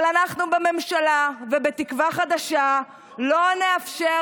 אבל אנחנו בממשלה ובתקווה חדשה לא נאפשר.